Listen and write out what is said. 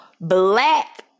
black